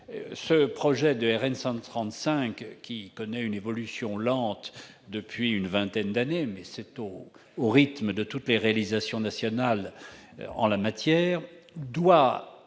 Ce projet de RN 135, qui connaît une évolution lente depuis une vingtaine d'années, mais certes comparable au rythme de toutes les réalisations nationales en la matière, doit